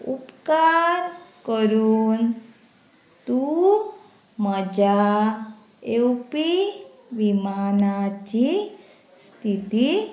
उपकार करून तूं म्हज्या येवपी विमानाची स्थिती